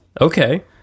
Okay